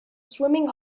swimming